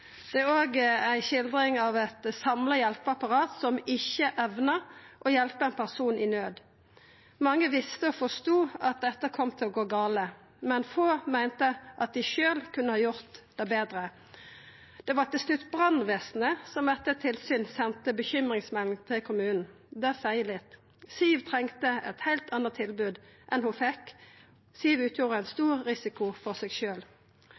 Det er òg ei skildring av eit samla hjelpeapparat som ikkje evnar å hjelpa ein person i nød. Mange visste og forstod at dette kom til å gå gale, men få meinte at dei sjølve kunne ha gjort det betre. Det var til slutt brannvesenet som etter tilsyn sende bekymringsmelding til kommunen. Det seier litt. Siw trengte eit heilt anna tilbod enn ho fekk. Siw utgjorde ein stor risiko for seg